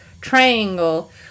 Triangle